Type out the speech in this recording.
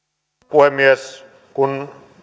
puhemies kun